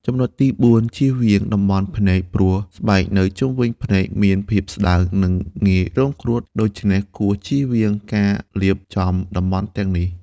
ចំណុចទីបួន ជៀសវាងតំបន់ភ្នែក ព្រោះស្បែកនៅជុំវិញភ្នែកមានភាពស្ដើង និងងាយរងគ្រោះ ដូច្នេះគួរជៀសវាងការលាបចំតំបន់ទាំងនេះ។